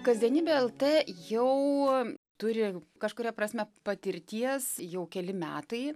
kasdienybė lt jau turi kažkuria prasme patirties jau keli metai